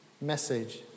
message